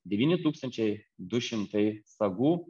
devyni tūkstančiai du šimtai sagų